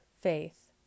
faith